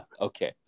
Okay